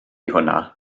hwnna